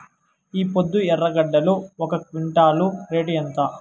ఈపొద్దు ఎర్రగడ్డలు ఒక క్వింటాలు రేటు ఎంత?